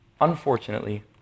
Unfortunately